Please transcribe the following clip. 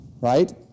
right